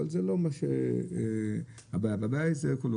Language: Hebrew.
אבל זאת לא הבעיה כי הבעיה היא אקולוגית.